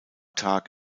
tag